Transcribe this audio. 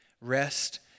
Rest